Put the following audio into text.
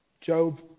Job